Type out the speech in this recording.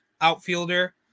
outfielder